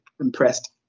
impressed